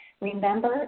remember